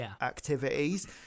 activities